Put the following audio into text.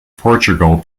portugal